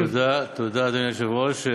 תודה, אדוני היושב-ראש.